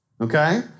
Okay